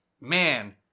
man